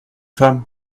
femme